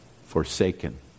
forsaken